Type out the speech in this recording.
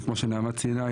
בדיוק כמו שנעמה ציינה,